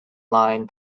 line